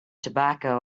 tobacco